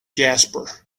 jasper